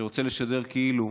שרוצה לשדר שהוא כאילו